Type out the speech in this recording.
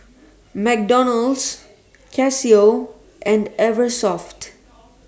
McDonald's Casio and Eversoft